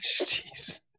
Jeez